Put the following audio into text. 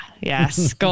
Yes